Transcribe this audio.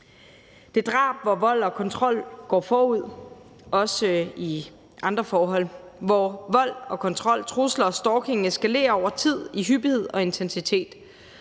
er drab, hvor vold og kontrol går forud, også i andre forhold, hvor vold og kontrol, trusler og stalking eskalerer over tid i hyppighed og intensitet,